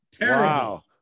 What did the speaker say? Wow